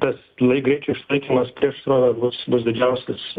tas lai greičio išlaikymas prieš srovę bus didžiausias